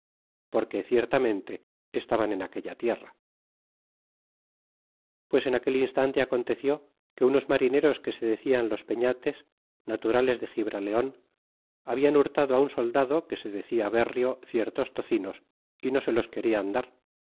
porque ciertamente estaban en aquella tierra pues en aquel instante aconteció que unos marineros que se decian los pefiates naturales de gibrail eon hablan hurtado fi un soldado que se dock b errio ciertos tocinos y no se los querian dar